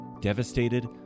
devastated